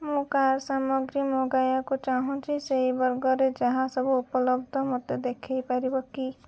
ମୁଁ କାର୍ ସାମଗ୍ରୀ ମଗାଇବାକୁ ଚାହୁଁଛି ସେହି ବର୍ଗରେ ଯାହା ସବୁ ଉପଲବ୍ଧ ମୋତେ ଦେଖାଇ ପାରିବେ କି